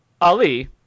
ali